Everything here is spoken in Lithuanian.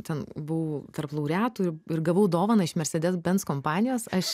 ten buvau tarp laureatų ir gavau dovaną iš mercedes benz kompanijos aš